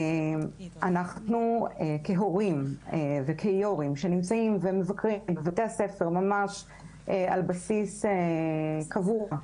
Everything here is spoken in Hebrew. אנחנו כהורים וכיו"רים שנמצאים ומבקרים בבתי הספר ממש על בסיס קבוע,